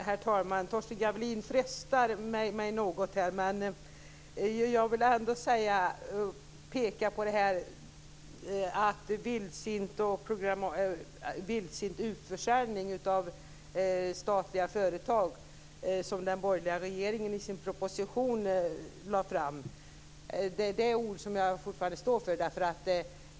Herr talman! Torsten Gavelin frestar mig något här. Men jag vill ändå peka på det här med den vildsinta utförsäljningen av statliga företag som den borgerliga regeringen lade fram i sin proposition. Det är ord som jag fortfarande står för.